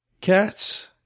cats